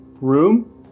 room